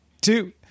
two